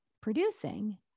producing